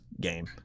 game